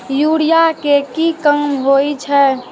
Urea के की काम होई छै?